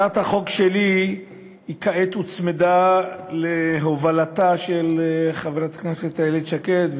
הצעת החוק שלי כעת הוצמדה להובלתה של חברת הכנסת איילת שקד,